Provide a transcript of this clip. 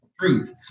truth